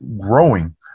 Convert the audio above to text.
growing